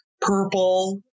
purple